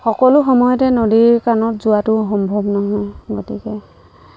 সকলো সময়তে নদীৰ কাণত যোৱাটো সম্ভৱ নহয় গতিকে